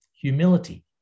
humility